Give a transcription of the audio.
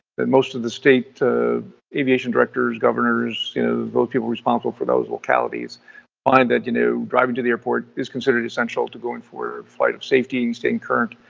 that most of the state aviation directors, governors, you know those people responsible for those localities find that you know driving to the airport is considered essential to going for a flight of safety and staying current,